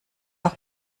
auch